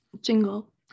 jingle